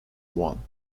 one